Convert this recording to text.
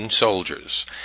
Soldiers